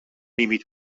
límit